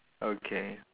okay